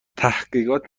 تحقیقات